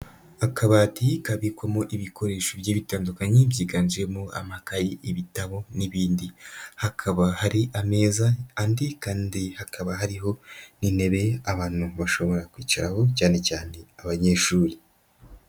Akabati kabikwamo ibikoresho bigiye bitandukanye byiganjemo amakaye, ibitabo n'ibindi. Hakaba hari ameza andi, kandi hakaba hariho n'intebe abantu bashobora kwicaraho cyane cyane abanyeshuri.